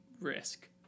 risk